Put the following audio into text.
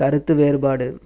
கருத்து வேறுபாடு